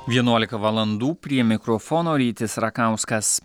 vienuolika valandų prie mikrofono rytis rakauskas